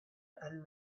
and